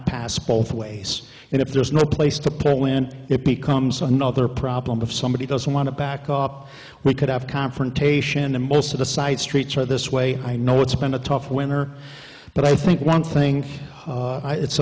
pass both ways and if there's no place to park land it becomes another problem if somebody doesn't want to back up we could have confrontation and most of the side streets are this way i know it's been a tough winter but i think one thing it's a